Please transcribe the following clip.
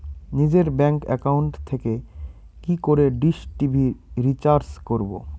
নিজের bank account থেকে কি করে ডিশ টি.ভি রিচার্জ করবো?